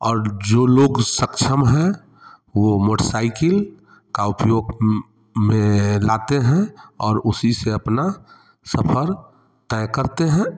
और जो लोग सक्षम हैं वो मोटरसाइकिल का उपयोग में लाते हैं और उसी से अपना सफर तय करते हैं